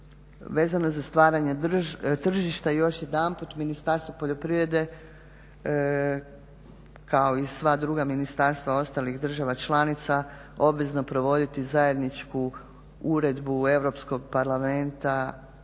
vezano za stvaranje tržišta još jedanput Ministarstvo poljoprivrede kao i sva druga ministarstva ostalih državnih članica obvezno provoditi zajedničku Uredbu Europskog parlamenta